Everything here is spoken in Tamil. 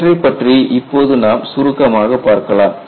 இவற்றைப் பற்றி இப்போது நாம் சுருக்கமாக பார்க்கலாம்